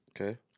okay